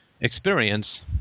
experience